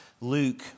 Luke